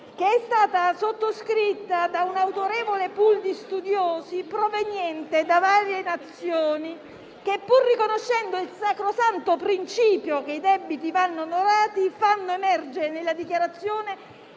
che è stata sottoscritta da un autorevole *pool* di studiosi provenienti da vari Paesi. Pur riconoscendo il sacrosanto principio per cui i debiti vanno onorati, essi fanno emergere nella dichiarazione